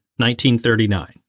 1939